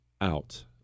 out